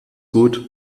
gut